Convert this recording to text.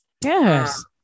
Yes